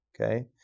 okay